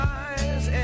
eyes